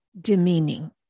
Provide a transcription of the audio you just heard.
demeaning